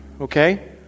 okay